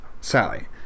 Sally